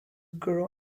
grow